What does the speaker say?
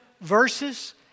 verses